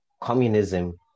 communism